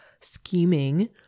scheming